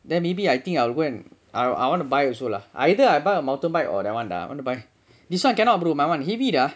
then maybe I think I will then I want to buy also lah either I buy a motorbike or that [one] lah I want to buy this [one] cannot brother my [one] heavy ah